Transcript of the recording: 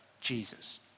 Jesus